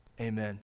amen